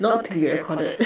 not to be recorded